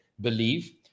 believe